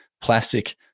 plastic